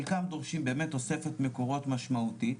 חלקם דורשים באמת תוספת מקורות משמעותית.